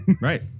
right